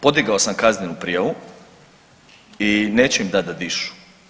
Podigao sam kaznenu prijavu i neću im dati da dišu.